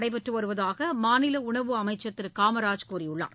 நடைபெற்று வருவதாக மாநில உணவு அமைச்சர் திரு காமராஜ் கூறியுள்ளார்